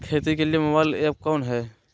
खेती के लिए मोबाइल ऐप कौन है?